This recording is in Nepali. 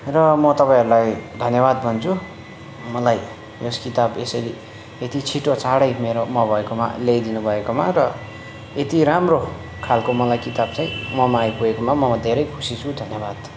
र म तपाईँहरूलाई धन्यवाद भन्छु मलाई यस किताब यसरी यति छिट्टो चाँडै मेरो म भएकोमा ल्याइदिनु भएकोमा र यति राम्रो खालको मलाई किताब चाहिँ ममा आइपुगेकोमा म धेरै खुसी छु धन्यवाद